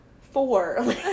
four